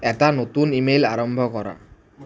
এটা নতুন ইমেইল আৰম্ভ কৰা